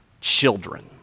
children